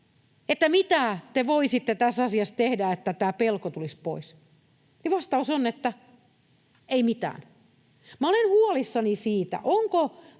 mitä te voisitte tässä asiassa tehdä, että tämä pelko tulisi pois. Vastaus on, että ei mitään. Minä olen huolissani siitä, onko